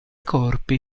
corpi